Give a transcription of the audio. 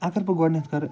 اَگر بہٕ گۄڈٕنیٚتھ کَرٕ